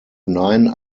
nine